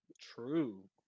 True